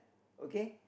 okay